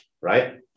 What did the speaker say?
Right